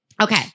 Okay